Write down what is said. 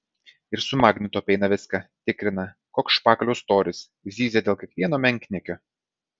ir su magnetu apeina viską tikrina koks špakliaus storis zyzia dėl kiekvieno menkniekio